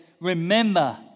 remember